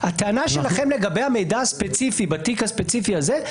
הטענה שלכם לגבי המידע הספציפי בתיק הספציפי הזה,